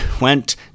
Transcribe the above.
went